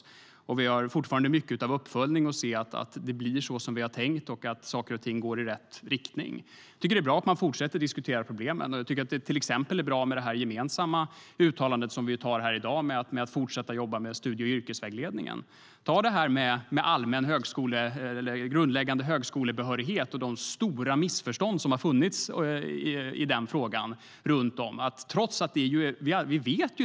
Fortfarande återstår mycket av uppföljning för att vi ska se att det blir som vi har tänkt och att saker och ting går i rätt riktning. Det är bra att vi fortsätter att diskutera problemen. Det är bra med det gemensamma uttalandet i dag om att fortsätta att jobba med studie och yrkesvägledningen. När det gäller frågan om grundläggande högskolebehörighet har det funnits stora missförstånd.